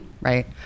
right